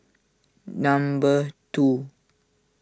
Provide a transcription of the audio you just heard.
number two